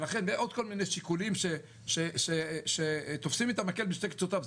ועוד כל מיני שיקולים שתופסים את המקל משני קצותיו,